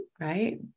right